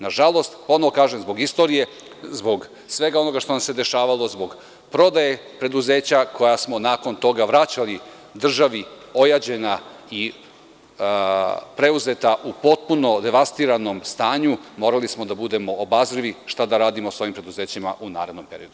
Nažalost, ponovo kažem, zbog istorije, zbog svega onoga što nam se dešavalo, zbog prodaje preduzeća koja smo nakon toga vraćali državi ojađena i preuzeta u potpuno devastiranom stanju, morali smo da budemo obazrivi šta da radimo sa ovim preduzećima u narednom periodu.